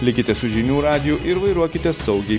likite su žinių radiju ir vairuokite saugiai